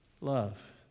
love